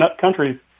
country